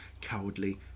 cowardly